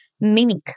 mimic